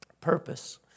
purpose